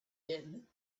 din